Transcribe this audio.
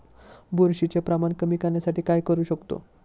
बुरशीचे प्रमाण कमी करण्यासाठी काय करू शकतो?